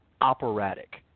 operatic